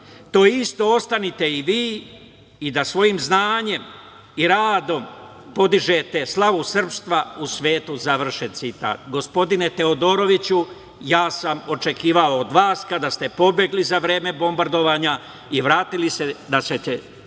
To isto ostanite i vi i da svojim znanjem i radom podižete slavu srpstva u svetu“. Završen citat. Gospodine Teodoroviću, ja sam očekivao od vas, kada ste pobegli za vreme bombardovanja i vratili se, da ćete